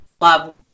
love